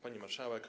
Pani Marszałek!